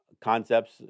concepts